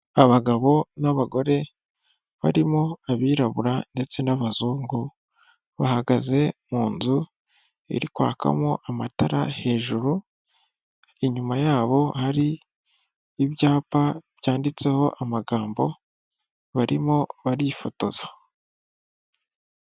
Abagabo n'abagore barimo abirabura ndetse n'abazungu bahagaze mu nzu iri kwakamo amatara hejuru. Inyuma yabo hari ibyapa byanditseho amagambo, barimo barifotoza.